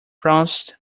pounced